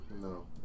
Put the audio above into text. No